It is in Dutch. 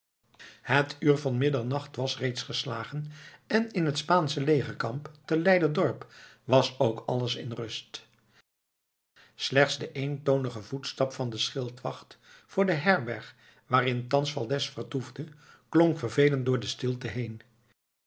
het uur van middernacht was reeds geslagen en in het spaansche legerkamp te leiderdorp was ook alles in rust slechts de eentonige voetstap van den schildwacht voor de herberg waarin thans valdez vertoefde klonk vervelend door de stilte heen